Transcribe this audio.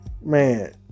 man